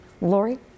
Lori